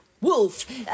Wolf